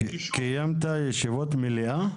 קיימת ישיבות מליאה?